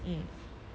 mm